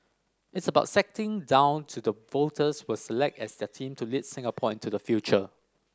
it's about setting down to the voters will select as their team to lead Singapore into the future